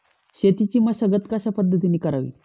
शेतीची मशागत कशापद्धतीने करावी?